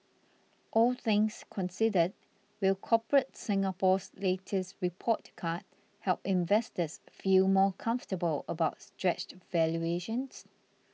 all things considered will Corporate Singapore's latest report card help investors feel more comfortable about stretched valuations